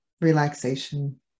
relaxation